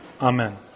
Amen